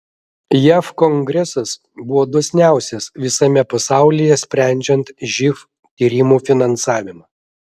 jav kongresas buvo dosniausias visame pasaulyje sprendžiant živ tyrimų finansavimą